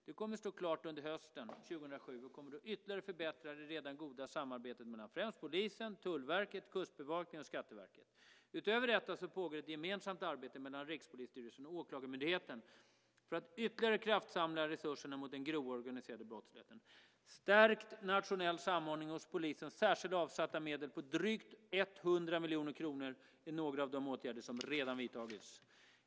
Det kommer att stå klart under hösten 2007 och kommer då ytterligare att förbättra det redan goda samarbetet mellan främst polisen, Tullverket, Kustbevakningen och Skatteverket. Utöver detta pågår ett gemensamt arbete mellan Rikspolisstyrelsen och Åklagarmyndigheten för att ytterligare kraftsamla resurserna mot den grova organiserade brottsligheten. Stärkt nationell samordning och hos polisen särskilt avsatta medel på drygt 100 miljoner kronor är några av de åtgärder som redan vidtagits.